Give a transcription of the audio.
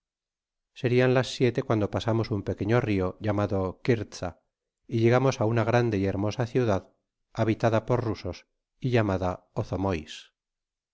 serian las siete cuando pasamos un pequeño rio llamado eirtza y llegamos á una grande y hermosa ciudad habitada por rusos y llamada